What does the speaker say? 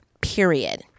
period